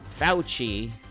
Fauci